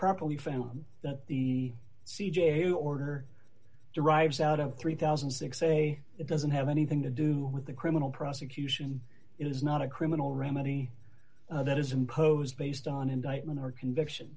probably found that the c j order derives out of three thousand and six say it doesn't have anything to do with the criminal prosecution it is not a criminal remedy that is imposed based on indictment or conviction